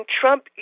Trump